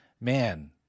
man